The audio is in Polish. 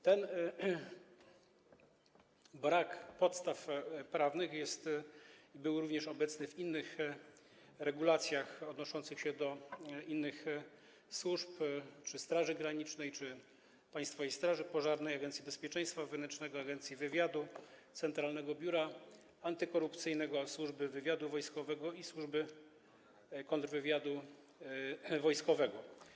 Ten brak podstaw prawnych dotyczył również regulacji odnoszących się do innych służb: Straży Granicznej, Państwowej Straży Pożarnej, Agencji Bezpieczeństwa Wewnętrznego, Agencji Wywiadu, Centralnego Biura Antykorupcyjnego, Służby Wywiadu Wojskowego i Służby Kontrwywiadu Wojskowego.